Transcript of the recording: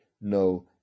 no